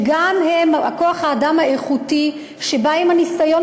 שהם גם כוח-האדם האיכותי שבא עם הניסיון